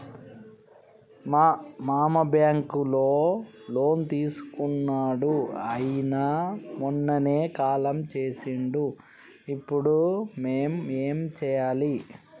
మా మామ బ్యాంక్ లో లోన్ తీసుకున్నడు అయిన మొన్ననే కాలం చేసిండు ఇప్పుడు మేం ఏం చేయాలి?